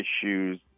issues